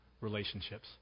relationships